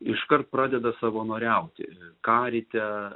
iškart pradeda savanoriauti karite